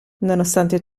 nonostante